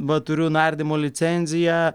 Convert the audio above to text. va turiu nardymo licenziją